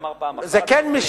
אמר פעם אחת, זה כן משנה.